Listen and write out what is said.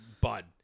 bud